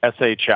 SHI